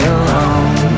alone